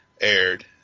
aired